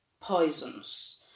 poisons